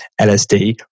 LSD